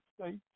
States